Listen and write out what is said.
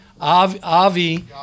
Avi